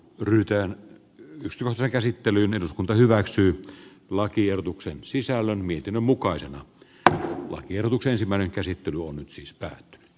löytöön ystävänsä käsittelyn eduskunta hyväksyi lakiehdotuksen sisällön mietinnön mukaisena että mutta nyt vaan se rohkeus näköjään puuttuu